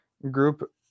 group